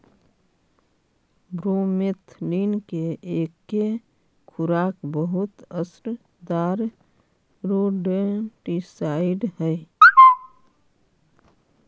bromethalin के एके खुराक बहुत असरदार रोडेंटिसाइड हई